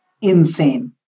insane